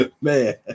man